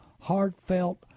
heartfelt